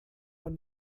von